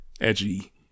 edgy